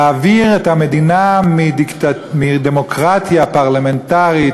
להעביר את המדינה מדמוקרטיה פרלמנטרית